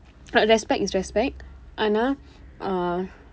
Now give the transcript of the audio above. you know respect is respect ஆனா:aanaa ah